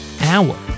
hour